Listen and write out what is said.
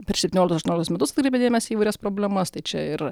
per septynioliktus aštuonioliktus metus atkreipė dėmesį į įvairias problemas tai čia ir